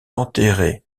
enterrée